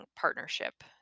partnership